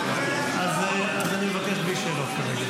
מאז 7 באוקטובר אני לא רב יותר.